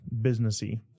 businessy